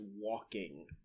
walking